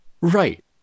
Right